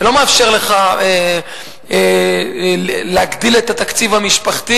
זה לא מאפשר לך להגדיל את התקציב המשפחתי